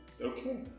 Okay